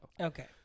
Okay